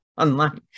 online